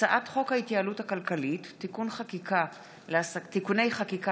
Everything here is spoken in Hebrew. הצעת חוק ההתייעלות הכלכלית (תיקוני חקיקה